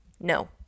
No